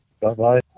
Bye-bye